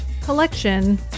collection